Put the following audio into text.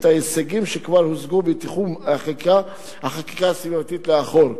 ההישגים שכבר הושגו בתחום החקיקה הסביבתית לאחור.